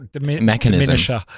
mechanism